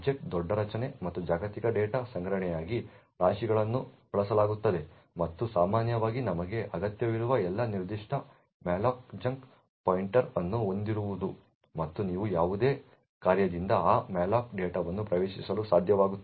ಆಬ್ಜೆಕ್ಟ್ಗಳ ದೊಡ್ಡ ರಚನೆ ಮತ್ತು ಜಾಗತಿಕ ಡೇಟಾದ ಸಂಗ್ರಹಣೆಗಾಗಿ ರಾಶಿಗಳನ್ನು ಬಳಸಲಾಗುತ್ತದೆ ಮತ್ತು ಸಾಮಾನ್ಯವಾಗಿ ನಿಮಗೆ ಅಗತ್ಯವಿರುವ ಎಲ್ಲಾ ನಿರ್ದಿಷ್ಟ ಮ್ಯಾಲೋಕ್ ಚಂಕ್ಗೆ ಪಾಯಿಂಟರ್ ಅನ್ನು ಹೊಂದಿರುವುದು ಮತ್ತು ನೀವು ಯಾವುದೇ ಕಾರ್ಯದಿಂದ ಆ ಮ್ಯಾಲೋಕ್ ಡೇಟಾವನ್ನು ಪ್ರವೇಶಿಸಲು ಸಾಧ್ಯವಾಗುತ್ತದೆ